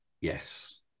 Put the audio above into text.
yes